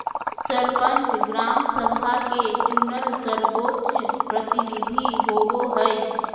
सरपंच, ग्राम सभा के चुनल सर्वोच्च प्रतिनिधि होबो हइ